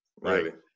Right